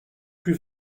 plus